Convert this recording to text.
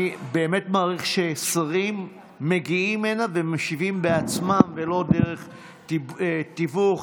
אני באמת מעריך ששרים מגיעים הנה ומשיבים בעצמם ולא דרך תיווך.